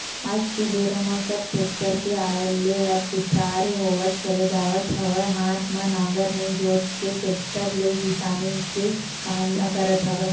आज के बेरा म सब टेक्टर के आय ले अब सुखियार होवत चले जावत हवय हात म नांगर नइ जोंत के टेक्टर ले किसानी के काम ल करत हवय